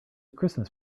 christmas